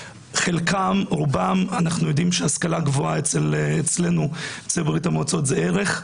אנחנו יודעים שהשכלה גבוהה אצל יוצאי ברית-המועצות זה ערך,